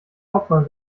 hauptmann